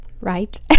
right